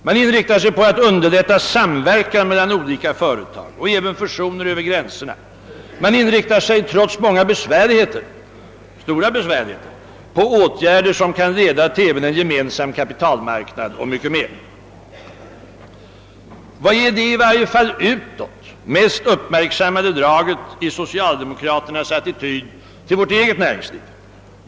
Man inriktar sig på att underlätta samverkan mellan olika företag och även fusioner över gränserna. Man inriktar sig, trots många och stora besvärligheter, även på åtgärder som kan leda till en gemensam kapitalmarknad och mycket mer. Vad är det i varje fall utåt mest uppmärksammade draget i socialdemokraternas attityd till vårt eget näringsliv?